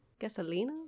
Gasolina